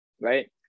right